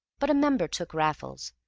but a member took raffles,